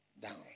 down